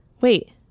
wait